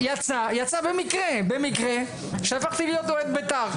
במקרה יצא שהפכתי להיות אוהד בית"ר.